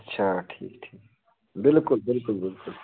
اَچھا ٹھیٖک ٹھیٖک بِلکُل بِلکُل بِلکُل